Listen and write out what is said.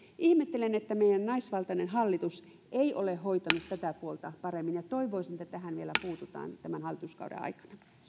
ihmettelen että meidän naisvaltainen hallitus ei ole hoitanut tätä puolta paremmin ja toivoisin että tähän vielä puututaan tämän hallituskauden aikana